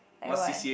like what